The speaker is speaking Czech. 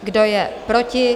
Kdo je proti?